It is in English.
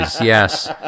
Yes